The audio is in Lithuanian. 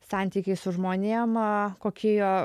santykiai su žmonėm kokie jo